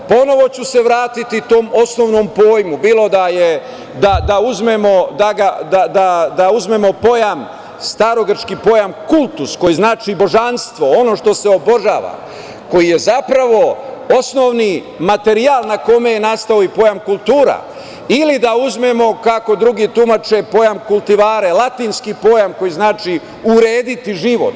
Ponovo ću se vratiti tom osnovnom pojmu, bilo da uzmemo pojam starogrčki pojam kultus – koji znači božanstvo, ono što se obožava, koji je zapravo osnovni materijal na kome je nastao i pojam kultura, ili da uzmemo kako drugi tumače pojam kultivare- latinski pojam koji znači urediti život.